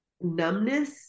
numbness